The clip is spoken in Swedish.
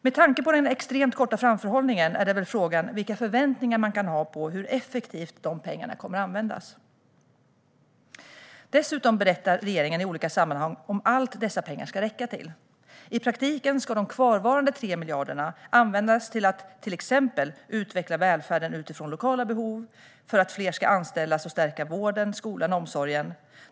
Med tanke på den extremt korta framförhållningen är frågan vilka förväntningar man kan ha på hur effektivt dessa pengar kommer att användas. Dessutom berättar regeringen i olika sammanhang om allt dessa pengar ska räcka till. I praktiken ska de kvarvarande 3 miljarderna användas till att till exempel utveckla välfärden utifrån lokala behov, till att fler ska anställas och till att stärka vården, skolan och omsorgen.